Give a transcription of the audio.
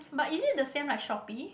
but is it the same like Shopee